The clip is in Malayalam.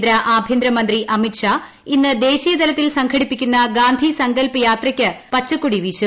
കേന്ദ്ര ആഭ്യന്തരമന്ത്രി അമിത്ഷാ ഇന്ന് ദേശീയതലത്തിൽ സംഘടിപ്പിക്കുന്ന ഗാന്ധി സങ്കൽപ് യാത്രയ്ക്ക് പച്ചക്കൊടി വീശും